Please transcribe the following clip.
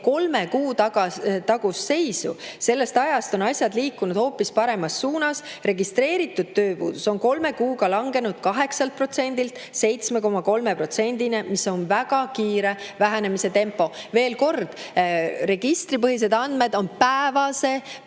kolme kuu tagust seisu. Sellest ajast on asjad liikunud hoopis paremuse suunas. Registreeritud tööpuudus on kolme kuuga langenud 8%-lt 7,3%-ni, mis on väga kiire vähenemise tempo. Veel kord: registripõhised andmed on päevase